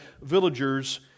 villagers